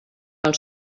als